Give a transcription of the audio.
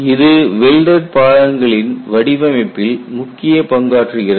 இது வெல்டட் பாகங்களின் வடிவமைப்பில் முக்கிய பங்காற்றுகிறது